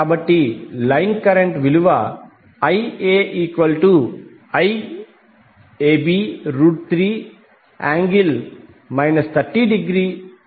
కాబట్టి line current IaIAB3∠ 30°319